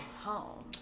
home